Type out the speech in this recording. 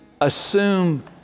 assume